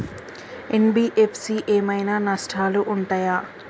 NBFC ఏమైనా నష్టాలు ఉంటయా?